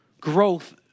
growth